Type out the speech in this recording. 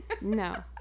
No